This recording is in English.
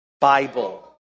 Bible